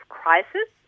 crisis